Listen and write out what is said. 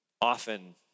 often